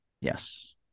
Yes